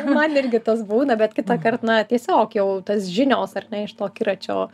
man irgi tas būna bet kitąkart na tiesiog jau tos žinios ar ne iš to akiračio